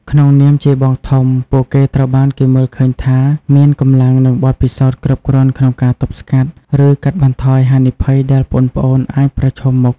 ក្នុងនាមជាបងធំ ពួកគេត្រូវបានគេមើលឃើញថាមានកម្លាំង និងបទពិសោធន៍គ្រប់គ្រាន់ក្នុងការទប់ស្កាត់ ឬកាត់បន្ថយហានិភ័យដែលប្អូនៗអាចប្រឈមមុខ។